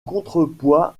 contrepoint